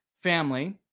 family